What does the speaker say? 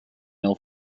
mill